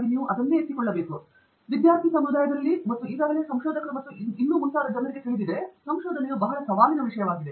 ಈ ಚರ್ಚೆಯ ಮೂಲಕ ಸಹ ಒಂದು ಸಾಮಾನ್ಯ ಅಂಗೀಕಾರವಿದೆ ಎಂದು ಸೂಚಿಸಿದೆ ವಿದ್ಯಾರ್ಥಿ ಸಮುದಾಯದಲ್ಲಿಯೂ ಮತ್ತು ಈಗಾಗಲೇ ಸಂಶೋಧಕರು ಮತ್ತು ಇನ್ನೂ ಮುಂತಾದ ಜನರನ್ನು ತಿಳಿದಿದೆ ಸಂಶೋಧನೆಯು ಸವಾಲಿನ ವಿಷಯವಾಗಿದೆ